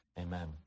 Amen